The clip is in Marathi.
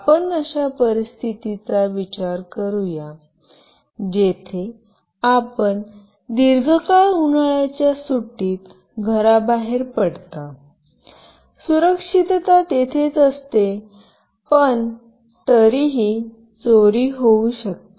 आपण अशा परिस्थितीचा विचार करूया जेथे आपण दीर्घकाळ उन्हाळ्याच्या सुट्टीत घराबाहेर पडता सुरक्षितता तिथेच असते पण तरीही चोरी होऊ शकते